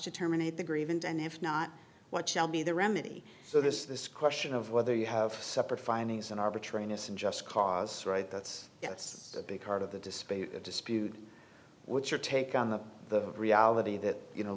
to terminate the grievance and if not what shall be the remedy so this this question of whether you have separate findings and arbitrariness and just cause right that's that's a big part of the dispute dispute what's your take on the the reality that you know